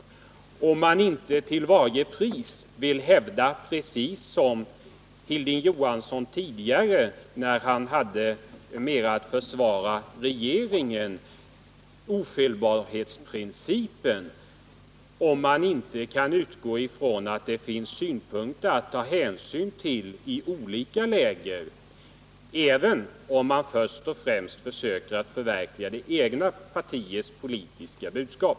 Det framstår klart om man inte till varje pris vill hävda, precis som Hilding Johansson tidigare gjorde när han hade att mera försvara regeringen, ofelbarhetsprincipen eller om man inte kan inse att det finns synpunkter att ta hänsyn till i olika läger även om man först och främst försöker förverkliga det egna partiets Politiska budskap.